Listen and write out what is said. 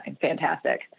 fantastic